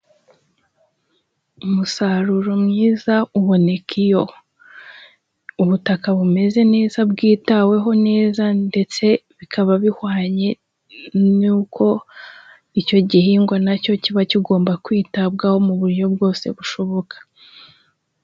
Umusaruro mwiza uboneka iyo ubutaka bumeze neza bwitaweho neza, ndetse bikaba bihwanye n'uko icyo gihingwa nacyo kiba kigomba kwitabwaho mu buryo bwose bushoboka.